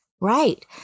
Right